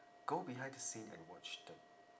go behind the scene and watch the